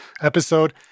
episode